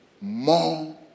more